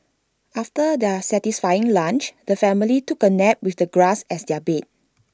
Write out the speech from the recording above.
after their satisfying lunch the family took A nap with the grass as their bed